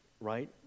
right